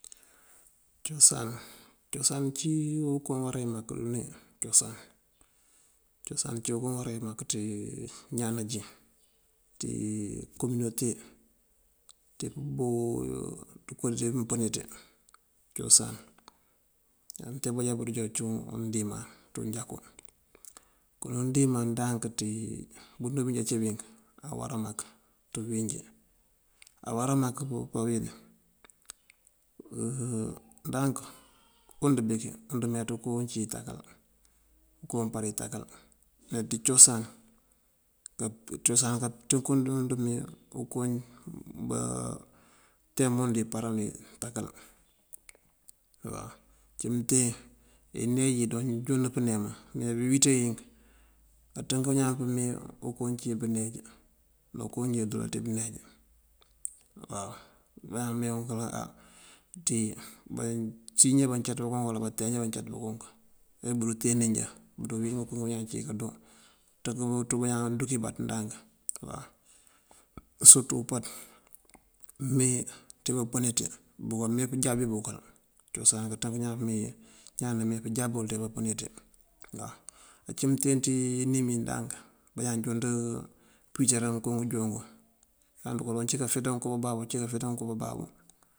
Cosan, cosan ací koo uwará wí mak rune. Cosan ací koo uwará wí mak ţí ñaan najín ţí komunote ţí tënko ţí pëni ţí. Cosan mante bajá bunjá cíwun undiman ţí unjakú. Kon undiman ndank ţí bëndoo bíjá cí bink awará mak ţí bëwínjí. Awará mak pawe? Ndank und bënki und meet koo unci wí takal ko umpar wí takal meeţí cosan kanţënkund te ime ukowi batemund paran wí takal. Uncí mënten ineej joonjund pëneem mee bí iwitee ink aţënk bañaan pëme aţënk bañaan pëme unko uncí wí bëneej ná koo unjee undoola ţí bëneej waw. á basín njá bancat bunkunk uwala batíma bancat bunkunk bunjá bunjá bunteen njá bundi wín bí ñaan cí kandoo oţënk bëţ bí bañaan dunk ibaţ ndank. Surëtú umpaţ bunka mee ţí bapëni ţí bunka mee pënjabi bënkël cosan kanţënk ñaan pëmee ñaan nëmee pënjabi wël ţí papëni ţí waw. Uncí mënten ţí inimi ndank bañaan jund pëwiţara ngënko ngënjoon ngun. Bañaan aruka don cí kafeţan ngënko bababú, aci kafeţan ngënko bababú.